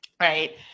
right